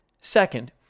Second